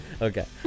Okay